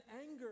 anger